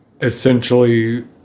essentially